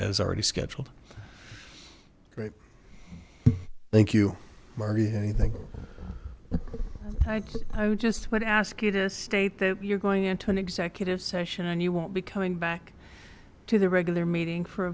as already scheduled right thank you marty anything i just would ask you to state that you're going into an executive session and you won't be coming back to the regular meeting for a